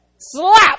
Slap